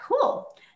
cool